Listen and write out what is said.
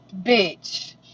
Bitch